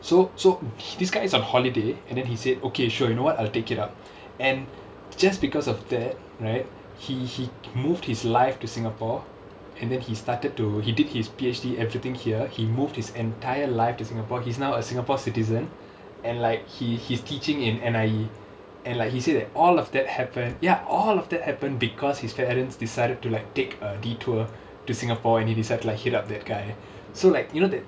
so so this guy is on holiday and then he said okay sure you know what I'll take it up and just because of that right he he moved his life to singapore and then he started to he did his P_H_D everything here he moved his entire life to singapore he's now a singapore citizen and like he he's teaching in N_I_E and like he said that all of that happened ya all of that happened because his parents decided to like take a detour to singapore and he decide to like hit up that guy so like you know that